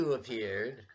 appeared